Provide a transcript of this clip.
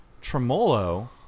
tremolo